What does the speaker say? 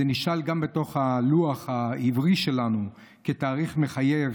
הוא נשאר גם בתוך הלוח העברי שלנו כתאריך מחייב,